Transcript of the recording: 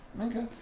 Okay